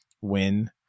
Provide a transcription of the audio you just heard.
win